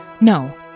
No